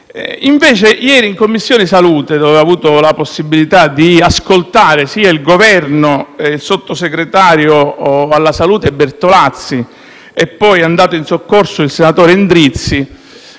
Invece ieri in Commissione salute ho avuto la possibilità di ascoltare il sottosegretario alla salute Bertolazzi, cui poi è andato in soccorso il senatore Endrizzi,